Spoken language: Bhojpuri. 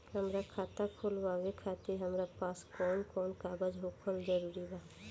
हमार खाता खोलवावे खातिर हमरा पास कऊन कऊन कागज होखल जरूरी बा?